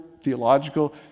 theological